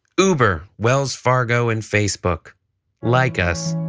uber, wells fargo, and facebook like us,